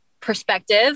perspective